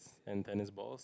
and tennis balls